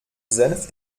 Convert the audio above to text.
senf